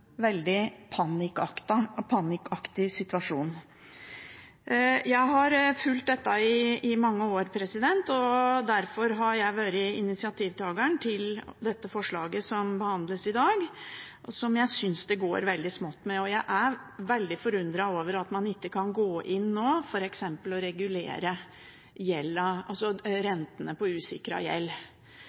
situasjon. Jeg har fulgt dette i mange år, og derfor har jeg vært initiativtakeren til det forslaget som behandles i dag, som jeg synes det går veldig smått med. Jeg er veldig forundret over at man ikke kan gå inn nå og f.eks. regulere rentene på usikret gjeld,